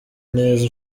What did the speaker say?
neza